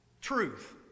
Truth